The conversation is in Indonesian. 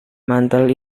mantel